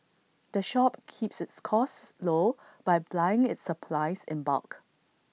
the shop keeps its costs low by buying its supplies in bulk